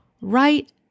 right